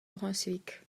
brunswick